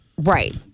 Right